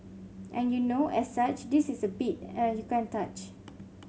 and you know as such this is a beat uh you can't touch